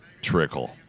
Trickle